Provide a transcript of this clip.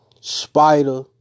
Spider